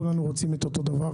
כולנו רוצים אותו הדבר,